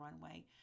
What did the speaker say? runway